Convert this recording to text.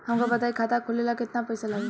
हमका बताई खाता खोले ला केतना पईसा लागी?